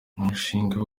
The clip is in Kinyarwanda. umushinga